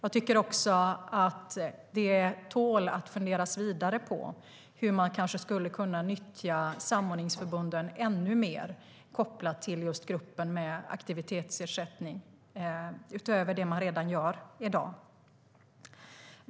Det tål att funderas vidare på hur man kanske skulle kunna nyttja samordningsförbunden ännu mer kopplat till just gruppen med aktivitetsersättning utöver det man redan gör i dag.